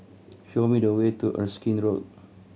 show me the way to Erskine Road